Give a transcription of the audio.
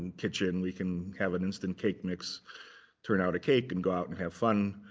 kitchen. we can have an instant cake mix turn out a cake and go out and have fun.